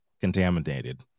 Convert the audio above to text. contaminated